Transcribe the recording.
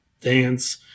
dance